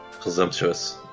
presumptuous